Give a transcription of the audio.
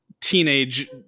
teenage